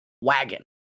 wagon